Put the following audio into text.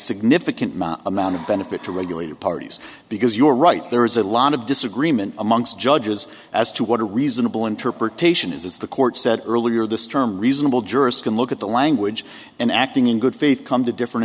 significant amount of benefit to regulated parties because you're right there is a lot of disagreement amongst judges as to what a reasonable interpretation is the court said earlier this term reasonable jurist can look at the language and acting in good faith come to different